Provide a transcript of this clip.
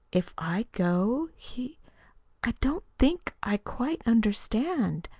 if i go, he i don't think i quite understand.